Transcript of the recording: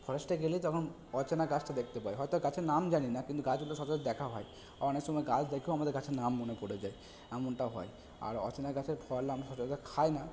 ফরেস্টে গেলেই তখন অচেনা গাছটা দেখতে পাই হয়তো গাছের নাম জানি না কিন্তু গাছগুলো সচরাচর দেখা হয় অনেক সময় গাছ দেখেও আমাদের গাছের নাম মনে পড়ে যায় এমনটাও হয় আর অচেনা গাছের ফল আমরা সচরাচর খাই না